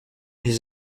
his